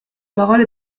parole